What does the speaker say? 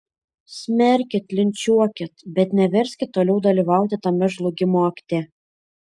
smerkit linčiuokit bet neverskit toliau dalyvauti tame žlugimo akte